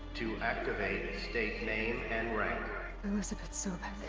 to activate, state name and rank elisabet sobeck.